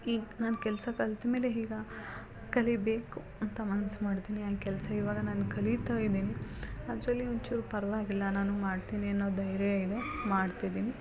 ಈಗ ನಾನು ಕೆಲಸ ಕಲ್ತ ಮೇಲೆ ಈಗ ಕಲಿಯಬೇಕು ಅಂತ ಮನ್ಸು ಮಾಡಿದೀನಿ ಆ ಕೆಲಸ ಇವಾಗ ನಾನು ಕಲಿತಾ ಇದೀನಿ ಅದರಲ್ಲಿ ಒಂಚೂರು ಪರ್ವಾಗಿಲ್ಲ ನಾನು ಮಾಡ್ತೀನಿ ಅನ್ನೋ ಧೈರ್ಯ ಇದೆ ಮಾಡ್ತಿದೀನಿ